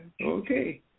Okay